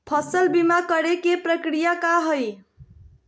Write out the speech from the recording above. फसल बीमा करे के प्रक्रिया का हई?